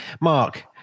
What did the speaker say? Mark